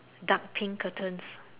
dark pink curtains